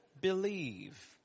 believe